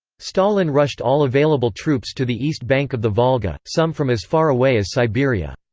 stalin rushed all available troops to the east bank of the volga, some from as far away as siberia.